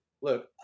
look